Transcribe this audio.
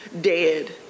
dead